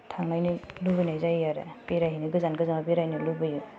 थांनायनो लुबैनाय जायो आरो बेरायहैनो गोजान गोजानाव बेरायनो लुबैयो